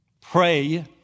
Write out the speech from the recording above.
pray